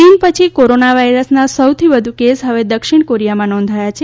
ચીન પછી કોરોના વાયરસના સૌથી વધુ કેસ હવે દક્ષિણ કોરીયામાં નોંધાયા છે